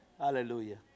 Hallelujah